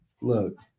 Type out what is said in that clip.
Look